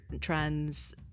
trans